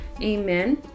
amen